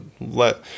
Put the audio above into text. let